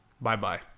Bye-bye